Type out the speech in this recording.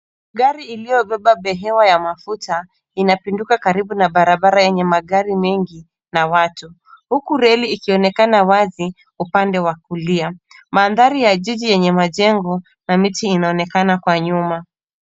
Gari iliyo beba behewa ya mafuta inapinduka karibu na barabarayenye magari mengi na watu. Huku reli ikionekana wazi upande wa kulia. Mandhari ya jiji yenye majengo na miti inaonekana kwa nyuma.